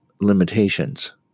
limitations